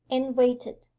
and waited.